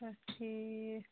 چھا ٹھیٖک